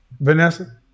Vanessa